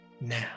now